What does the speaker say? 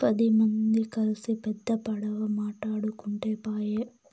పది మంది కల్సి పెద్ద పడవ మాటాడుకుంటే పాయె